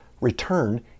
return